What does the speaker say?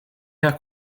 her